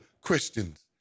Christians